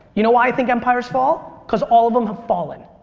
you know i think empires fall? cause all of them have fallen.